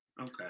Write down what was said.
okay